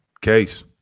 Case